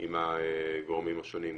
עם הגורמים השונים,